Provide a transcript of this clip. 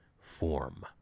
form